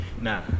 Nah